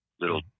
little